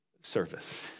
service